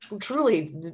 truly